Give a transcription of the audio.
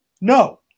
No